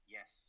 Yes